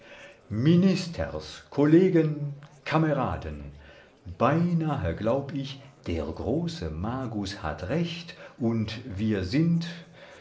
ministers kollegen kameraden beinahe glaub ich der große magus hat recht und wir sind